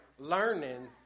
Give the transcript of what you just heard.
learning